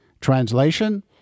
Translation